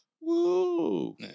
Woo